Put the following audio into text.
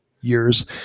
years